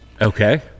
Okay